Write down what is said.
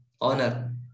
honor